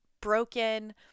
broken